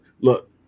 look